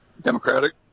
Democratic